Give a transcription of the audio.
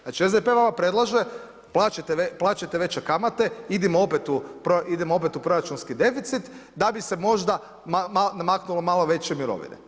Znači SDP vama predlaže plaćajte veće kamate, idemo opet u proračunski deficit da bi se možda maknulo malo veće mirovine.